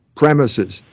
premises